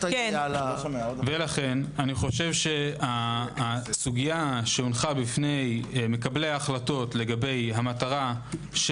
ולכן הסוגיה שהונחה בפני מקבלי ההחלטות לגבי המטרה של